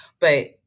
But-